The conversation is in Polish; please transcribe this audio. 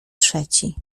trzeci